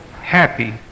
happy